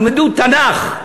ילמדו תנ"ך,